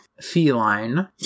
Feline